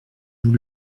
nous